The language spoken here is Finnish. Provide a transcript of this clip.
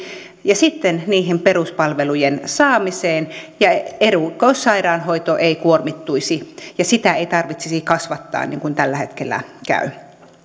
ja sitten niiden peruspalvelujen saamiseen ja erikoissairaanhoito ei kuormittuisi ja sitä ei tarvitsisi kasvattaa niin kuin tällä hetkellä käy